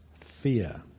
fear